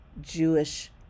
Jewish